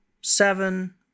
seven